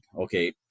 okay